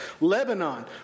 Lebanon